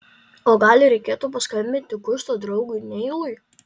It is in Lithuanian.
o gal reikėtų paskambinti gusto draugui neilui